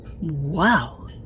Wow